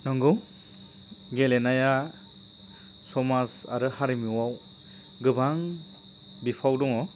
नंगौ गेलेनाया समाज आरो हारिमुआव गोबां बिफाव दङ